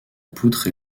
poutre